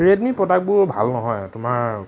Redmi প্ৰডাক্টবোৰ ভাল নহয় তোমাৰ